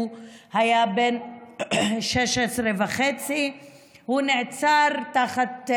הוא היה בן 16.5. הוא נעצר תחת,